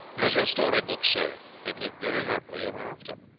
as your storybooks say, have lived very happily ever after.